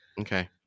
Okay